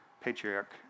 patriarch